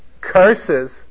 curses